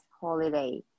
holiday